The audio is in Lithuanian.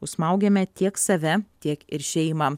užsmaugiame tiek save tiek ir šeimą